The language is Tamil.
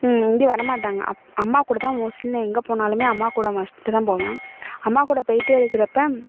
எங்கேயும் வர மாட்டாங்க அப் அம்மா கூட தான் மோஸ்ட்லி நான் எங்கே போனாலுமே அம்மா கூட மட்டும் தான் போவேன் அம்மா கூட போயிகிட்டே இருக்கிறப்ப